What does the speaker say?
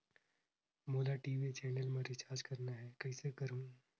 मोला TV channel मा recharge करना हे, कइसे करहुँ?